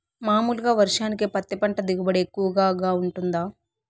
మామూలుగా వర్షానికి పత్తి పంట దిగుబడి ఎక్కువగా గా వుంటుందా?